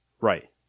Right